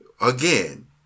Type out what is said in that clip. Again